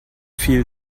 viel